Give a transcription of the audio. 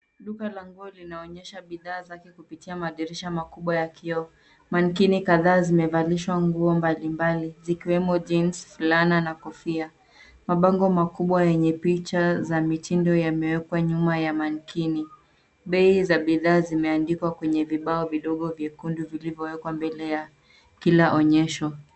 Duka la nguo linaonyesha bidhaa zake kupitia madirisha makubwa ya kioo. Mankini kadhaa zimevalishwa nguo mbalimbali, zikiwemo jeans , fulana na kofia. Mabango makubwa yenye picha za mitindo yamewekwa nyuma ya mankini. Bei za bidhaa zimeandikwa kwenye vibao vidogo vyekundu vilivyowekwa mbele ya kila onyesho.